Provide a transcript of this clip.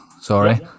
Sorry